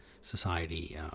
society